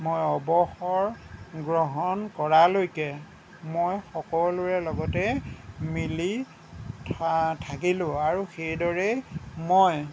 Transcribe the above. মই অৱসৰ গ্ৰহণ কৰালৈকে মই সকলোৰে লগতে মিলি থা থাকিলোঁ আৰু সেইদৰেই মই